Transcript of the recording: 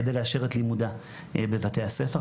כדי לאשר את לימודה בבתי הספר.